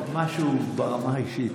משהו ברמה האישית.